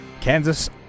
Kansas